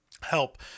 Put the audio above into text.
help